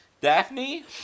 Daphne